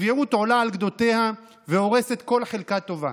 הצביעות עולה על גדותיה והורסת כל חלקה טובה.